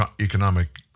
economic